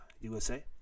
USA